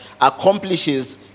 accomplishes